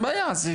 אנחנו